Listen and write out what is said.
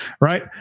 Right